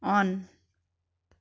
on